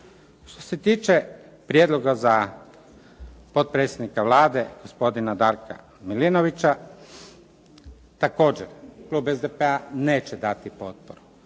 Što se tiče prijedloga za potpredsjednika Vlade gospodina Darka Milinovića također klub SDP-a neće dati potporu.